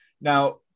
Now